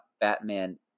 batman